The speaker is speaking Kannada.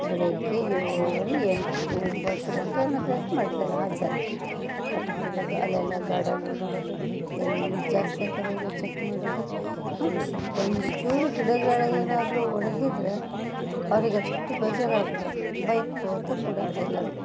ಬೆಳಗ್ಗೆ ಏಳುವರಿ ಎಂಟು ಒಂಬತ್ತು ಗಂಟೆ ಅನ್ನೋದ್ರಾಗ್ ಮಠದಲ್ಲಿ ಹಾಜರ್ ಮಠಕ್ ಹೋಗೋದು ಅಲ್ಲೆಲ್ಲ ಗಾರ್ಡನ್ಗಳು ನೋಡೋದು ಎಲ್ಲಿ ನೀರು ಜಾಸ್ತಿ ಹಾಕವ್ರೆ ಹೇಳಿ ಚೆಕ್ ಮಾಡೋದು ಒಂದು ಚೂರು ಗಿಡಗಳು ಏನಾದರೂ ಒಣಗಿದ್ದರೆ ಅವ್ರಿಗೆ ಅಷ್ಟು ಬೇಜಾರು ಆಗ್ಬಿಡೋದು ಬೈಕೋತ ಕೂಡೋರ್ ಎಲ್ಲರಿಗೂ